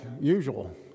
usual